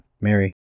Mary